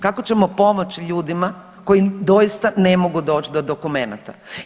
Kako ćemo pomoći ljudima koji doista ne mogu doći do dokumenata.